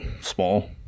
small